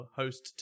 host